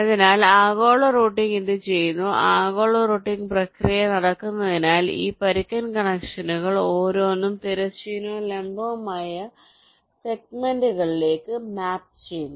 അതിനാൽ ആഗോള റൂട്ടിംഗ് ഇത് ചെയ്യുന്നു ആഗോള റൂട്ടിംഗ് പ്രക്രിയ നടക്കുന്നതിനാൽ ഈ പരുക്കൻ കണക്ഷനുകൾ ഓരോന്നും തിരശ്ചീനവും ലംബവുമായ സെഗ്മെന്റുകളിലേക്ക് മാപ്പ് ചെയ്യുന്നു